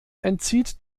entzieht